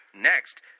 Next